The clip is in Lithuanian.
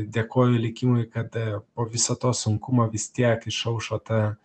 dėkoju likimui kad po viso to sunkumo vis tiek išaušo ta